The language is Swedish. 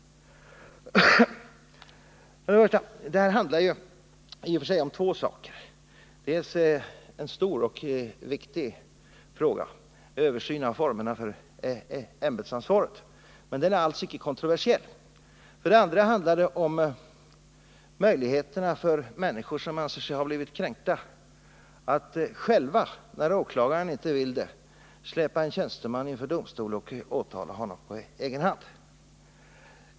Det här handlar i och för sig om två saker. För det första gäller det en stor och viktig fråga, nämligen översyn av formerna för ämbetsansvaret. Men den frågan är alls icke kontroversiell. För det andra handlar det om möjligheterna för människor som anser sig ha blivit kränkta att själva, när åklagaren inte vill det, släpa en tjänsteman inför domstol och åtala honom på egen hand.